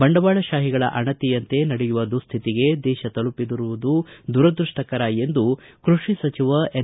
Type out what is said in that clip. ಬಂಡವಾಳಶಾಹಿಗಳ ಆಣತಿಯಂತೆ ನಡೆಯುವ ದುಸ್ಹಿತಿಗೆ ದೇಶ ತಲುಪಿರುವುದು ದುರದೃಷ್ಟಕರ ಎಂದು ಕೃಷಿ ಸಚಿವ ಎನ್